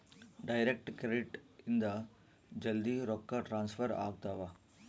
direct credit ಇಂದ ಜಲ್ದೀ ರೊಕ್ಕ ಟ್ರಾನ್ಸ್ಫರ್ ಆಗ್ತಾವ